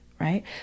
right